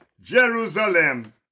Jerusalem